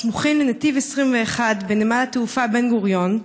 הסמוכים לנתיב 21 בנמל התעופה בן-גוריון,